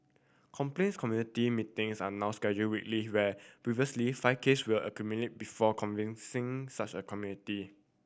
complaints committee meetings are now scheduled weekly where previously five case were accumulated before convincing such a committee